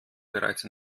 bereits